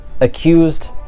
accused